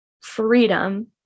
freedom